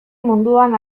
munduan